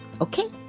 Okay